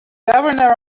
governor